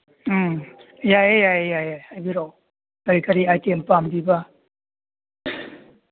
ꯎꯝ ꯌꯥꯏꯌꯦ ꯌꯥꯏꯌꯦ ꯌꯥꯏ ꯌꯥꯏ ꯍꯥꯏꯕꯤꯔꯛꯑꯣ ꯀꯔꯤ ꯀꯔꯤ ꯑꯥꯏꯇꯦꯝ ꯄꯥꯝꯕꯤꯕ